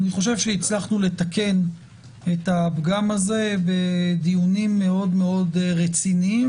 אני חושב שהצלחנו לתקן את הפגם הזה בדיונים מאוד מאוד רציניים,